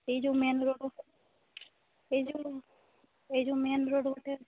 ଏଇ ଯେଉଁ ମେନ୍ରୋଡ଼୍ରୁ ଏଇ ଯେଉଁ ଏଇ ଯେଉଁ ମେନ୍ ରୋଡ଼୍ ଉପରେ